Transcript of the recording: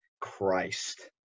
christ